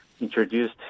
introduced